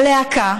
הלהקה